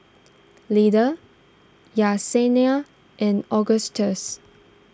Lyda Yesenia and Augustus